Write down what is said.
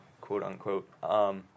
quote-unquote